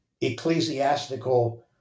ecclesiastical